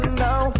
now